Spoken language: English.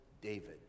David